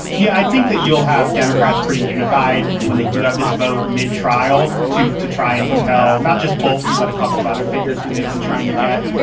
yeah, i think that you'll have democrats pretty unified when they do have this vote. mid-trial to to try and compel not just bolton, but a couple of other figures who they've been trying to get,